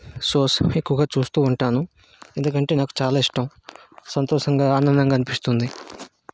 shows ఎక్కువగా చూస్తూ ఉంటాను ఎందుకంటే నాకు చాలా ఇష్టం సంతోషంగా ఆనందంగా అనిపిస్తుంది